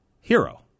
Hero